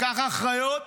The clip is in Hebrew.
לקח אחריות